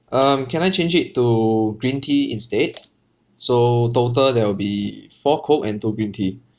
um can I change it to green tea instead so total there will be four coke and two green tea